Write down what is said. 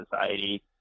society